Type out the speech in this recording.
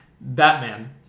Batman